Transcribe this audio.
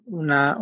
una